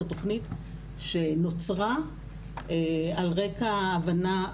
זו תכנית שנוצרה על רקע ההבנה,